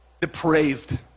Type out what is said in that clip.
depraved